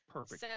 Perfect